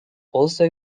also